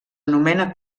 anomena